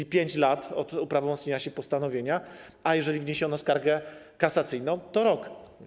To 5 lat od uprawomocnienia się postanowienia, a jeżeli wniesiono skargę kasacyjną - rok.